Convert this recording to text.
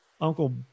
uncle